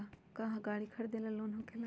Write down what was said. का हमरा गारी खरीदेला लोन होकेला?